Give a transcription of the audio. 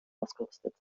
ausgerüstet